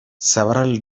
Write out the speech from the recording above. several